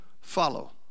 follow